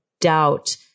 doubt